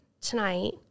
tonight